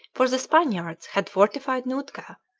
for the spaniards had fortified nootka,